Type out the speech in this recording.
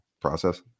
process